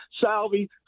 Salvi